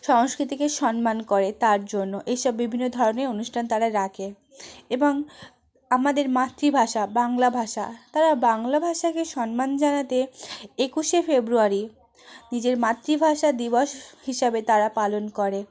সংস্কৃতিকে সম্মান করে তার জন্য এসব বিভিন্ন ধরনের অনুষ্ঠান তারা রাখে এবং আমাদের মাতৃভাষা বাংলা ভাষা তারা বাংলা ভাষাকে সম্মান জানাতে একুশে ফেব্রুয়ারি নিজের মাতৃভাষা দিবস হিসাবে তারা পালন করে